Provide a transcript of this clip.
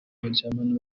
baryamana